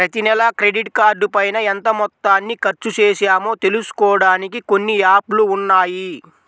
ప్రతినెలా క్రెడిట్ కార్డుపైన ఎంత మొత్తాన్ని ఖర్చుచేశామో తెలుసుకోడానికి కొన్ని యాప్ లు ఉన్నాయి